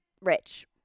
rich